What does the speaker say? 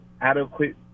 adequate